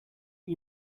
you